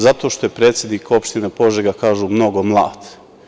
Zato što je predsednik opštine Požega, kažu, mnogo mlad.